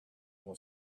will